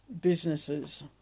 businesses